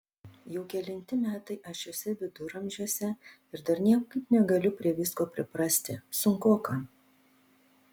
jau kelinti metai aš šiuose viduramžiuose ir dar niekaip negaliu prie visko priprasti sunkoka